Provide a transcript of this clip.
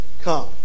come